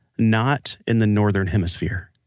not in the northern hemisphere.